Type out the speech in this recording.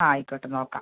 ആയിക്കോട്ടെ നോക്കാം